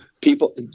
people